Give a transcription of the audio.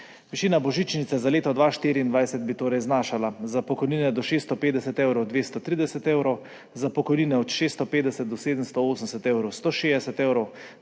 Višina božičnice za leto 2024 bi torej znašala za pokojnine do 650 evrov 230 evrov, za pokojnine od 650 do 780 evrov 160 evrov,